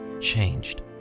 changed